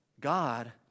God